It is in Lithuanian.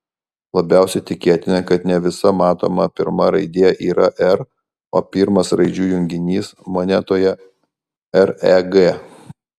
labiausiai tikėtina kad ne visa matoma pirma raidė yra r o pirmas raidžių junginys monetoje reg